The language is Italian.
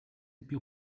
più